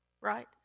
right